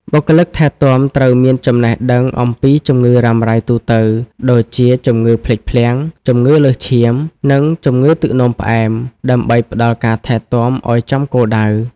បុគ្គលិកថែទាំត្រូវមានចំណេះដឹងអំពីជំងឺរ៉ាំរ៉ៃទូទៅ ដូចជាជំងឺភ្លេចភ្លាំង ជំងឺលើសឈាម និងជំងឺទឹកនោមផ្អែម ដើម្បីផ្ដល់ការថែទាំឱ្យចំគោលដៅ។